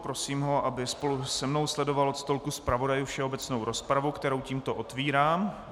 Prosím ho, aby spolu se mnou sledoval od stolku zpravodajů všeobecnou rozpravu, kterou tímto otvírám.